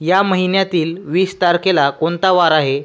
या महिन्यातील वीस तारखेला कोणता वार आहे